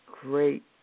great